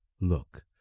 Look